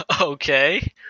okay